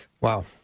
Wow